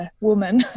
woman